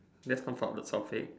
next time found the sound fix